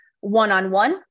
one-on-one